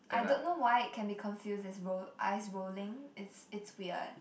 I don't know why it can be confused as roll eyes rolling it's it's weird